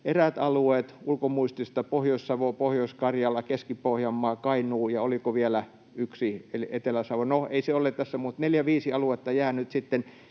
eräät alueet — ulkomuistista Pohjois-Savo, Pohjois-Karjala, Keski-Pohjanmaa ja Kainuu ja oliko vielä yksi, Etelä-Savo, no ei se ole tässä, mutta 4—5 aluetta — jotka